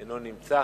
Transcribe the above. אינו נמצא.